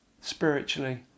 spiritually